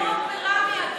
הרשימות קיימות ברמ"י,